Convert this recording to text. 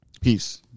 Peace